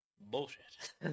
Bullshit